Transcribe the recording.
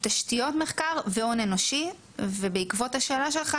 תשתיות מחקר והון אנושי, ובעקבות השאלה שלך